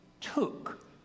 took